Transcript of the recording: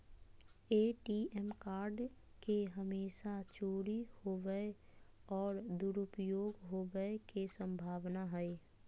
ATM card के हमेशा चोरी होवय और दुरुपयोग होवेय के संभावना हइ